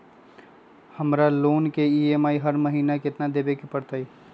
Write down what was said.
हमरा लोन के ई.एम.आई हर महिना केतना देबे के परतई?